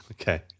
Okay